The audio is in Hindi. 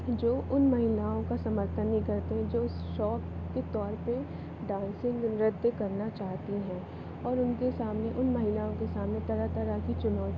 जो उन महिलाओं का समर्थन नहीं करते जो इस शौक के तौर पे डांसिंग नृत्य करना चाहती हैं और उनके सामने उन महिलाओं के सामने तरह तरह की चुनौती